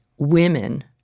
women